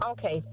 Okay